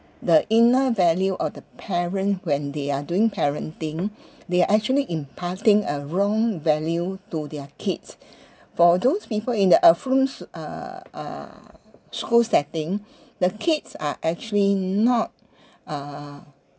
the inner value of the parents when they are doing parenting they are actually imparting a wrong value to their kids for those people in the affluence uh uh school setting the kids are actually not uh